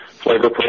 Flavor